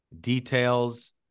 details